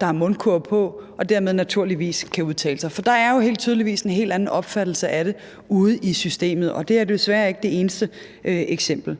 der har mundkurv på, og dermed naturligvis kan udtale sig. For der er jo helt tydeligvis en helt anden opfattelse af det ude i systemet, og det her er jo desværre ikke det eneste eksempel.